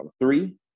three